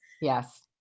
Yes